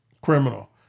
criminal